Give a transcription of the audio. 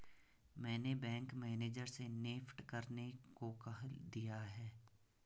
मैंने bank manager से NEFT करने को कह दिया है